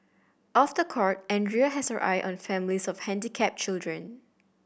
off the court Andrea has her eye on families of handicapped children